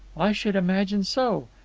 i should imagine so.